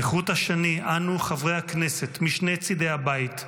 כחוט השני אנו, חברי הכנסת משני צדי הבית,